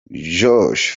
josh